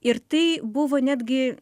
ir tai buvo net gi